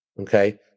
Okay